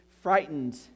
frightened